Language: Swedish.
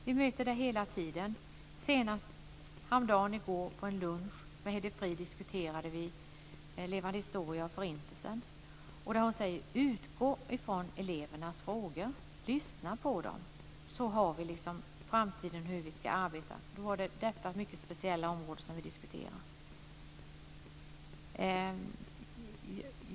Jag möter detta hela tiden, senast i går på en lunch då vi diskuterade Levande historia och Förintelsen. Man ska utgå från elevernas frågor och lyssna på dem. Då får vi ledning för hur vi ska arbeta i framtiden. Nu var det detta mycket speciella område som vi diskuterade.